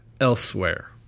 elsewhere